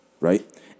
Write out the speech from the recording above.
right